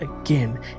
again